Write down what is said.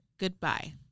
Goodbye